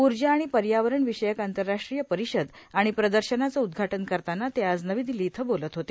ऊर्जा आणि पर्यावरण विषयक आंतरराष्ट्रीय परिषद आणि प्रदर्शनाचं उद्घाटन करताना ते आज नवी दिल्ली इथं बोलत होते